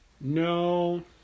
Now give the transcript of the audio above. No